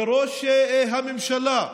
לראש הממשלה: